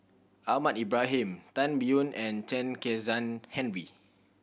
Ahmad Ibrahim Tan Biyun and Chen Kezhan Henri